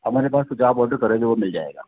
हमारे पास तो जो आप ऑर्डर करेंगे मिल जाएगा